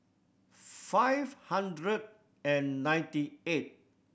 five hundred and ninety eight